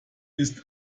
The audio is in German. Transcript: ist